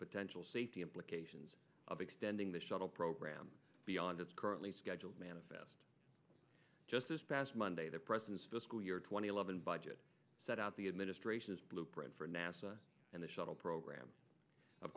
potential safety implications of extending the shuttle program beyond its currently scheduled manifest just this past monday the president spoke school year two thousand and eleven budget set out the administration's blueprint for nasa and the shuttle program of